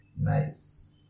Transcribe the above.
nice